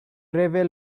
rebel